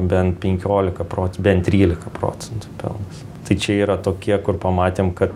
bent penkiolika proc bent trylika procentų pelnas tai čia yra tokie kur pamatėm kad